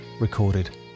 Recorded